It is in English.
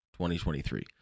2023